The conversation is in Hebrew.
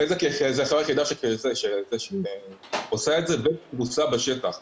בזק זו החברה היחידה שעושה את זה ופרוסה בשטח.